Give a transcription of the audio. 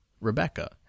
Rebecca